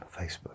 Facebook